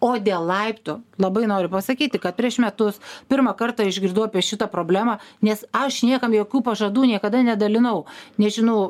o dėl laiptų labai noriu pasakyti kad prieš metus pirmą kartą išgirdau apie šitą problemą nes aš niekam jokių pažadų niekada nedalinau nežinau